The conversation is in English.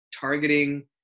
targeting